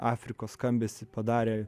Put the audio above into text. afrikos skambesį padarė